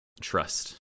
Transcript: Trust